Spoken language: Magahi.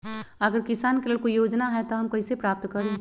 अगर किसान के लेल कोई योजना है त हम कईसे प्राप्त करी?